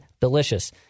delicious